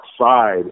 outside